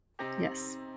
Yes